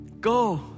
Go